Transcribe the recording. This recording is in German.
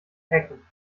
hacken